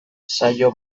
saio